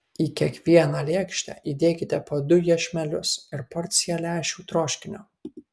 į kiekvieną lėkštę įdėkite po du iešmelius ir porciją lęšių troškinio